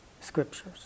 scriptures